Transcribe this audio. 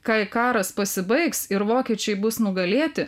kai karas pasibaigs ir vokiečiai bus nugalėti